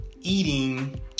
eating